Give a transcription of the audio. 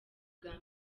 bwa